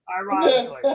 ironically